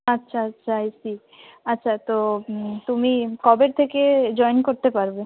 আচ্ছা আচ্ছা I C আচ্ছা তো তুমি কবে থেকে জয়েন করতে পারবে